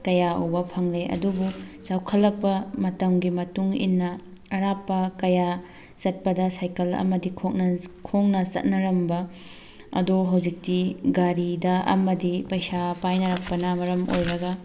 ꯀꯌꯥ ꯎꯕ ꯐꯪꯂꯦ ꯑꯗꯨꯕꯨ ꯆꯥꯎꯈꯠꯂꯛꯄ ꯃꯇꯝꯒꯤ ꯃꯇꯨꯡ ꯏꯟꯅ ꯑꯔꯥꯞꯄ ꯀꯌꯥ ꯆꯠꯄꯗ ꯁꯥꯏꯀꯜ ꯑꯃꯗꯤ ꯈꯣꯡꯅ ꯈꯣꯡꯅ ꯆꯠꯅꯔꯝꯕ ꯑꯗꯣ ꯍꯧꯖꯤꯛꯇꯤ ꯒꯥꯔꯤꯗ ꯑꯃꯗꯤ ꯄꯩꯁꯥ ꯄꯥꯏꯅꯔꯛꯄꯅ ꯃꯔꯝ ꯑꯣꯏꯔꯒ